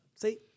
see